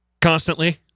constantly